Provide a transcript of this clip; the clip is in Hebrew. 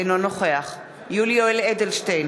אינו נוכח יולי יואל אדלשטיין,